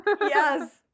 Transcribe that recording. Yes